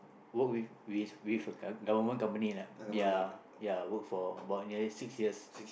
work with with with a gov~ government company lah ya ya work for about nearly six years